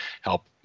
help